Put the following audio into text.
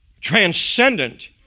transcendent